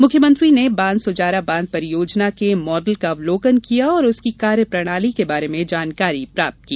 मुख्यमंत्री ने बानसुजारा बाँध परियोजना के मॉडल का अवलोकन किया और उसकी कार्य प्रणाली के बारे में जानकारी प्राप्त की